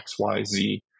XYZ